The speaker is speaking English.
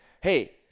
hey